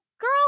girl